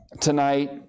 tonight